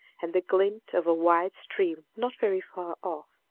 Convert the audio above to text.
and the glint of a wide stream not very far off,